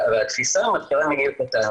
והתפיסה מתחילה מגיל קטן,